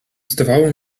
zdawało